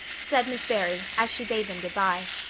said miss barry, as she bade them good-bye.